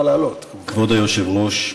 כבוד היושב-ראש,